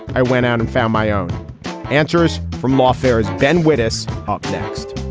i went out and found my own answers from lawfare as ben whittis up next,